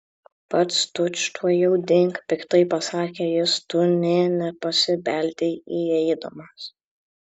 pats tučtuojau dink piktai pasakė jis tu nė nepasibeldei įeidamas